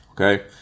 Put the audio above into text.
Okay